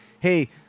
Hey